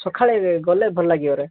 ସକାଳେ ଗଲେ ଭଲ ଲାଗିବରେ